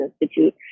Institute